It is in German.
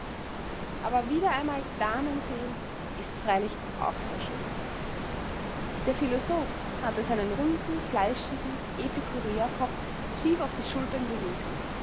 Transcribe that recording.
aber wieder einmal damen sehen is freilich auch sehr schön der philosoph hatte seinen runden fleischigen epikuräerkopf schief auf die schulter gelegt